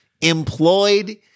employed